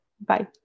Bye